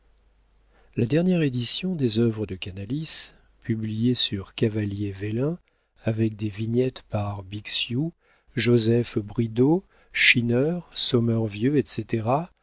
la dernière édition des œuvres de canalis publiée sur cavalier vélin avec des vignettes par bixiou joseph bridau schinner sommervieux etc